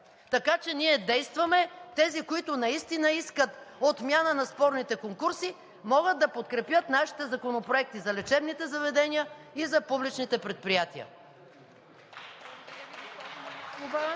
Така че ние действаме. Тези, които наистина искат отмяна на спорните конкурси, могат да подкрепят нашите законопроекти – за лечебните заведения и за публичните предприятия.